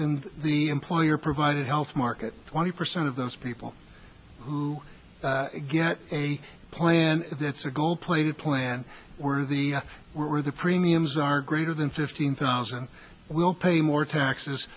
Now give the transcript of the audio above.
in the employer provided health market twenty percent of those people who get a plan that's a gold plated plan where the were the premiums are greater than fifteen thousand will pay more taxes